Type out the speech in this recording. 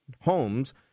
homes